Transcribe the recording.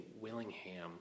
Willingham